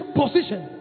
position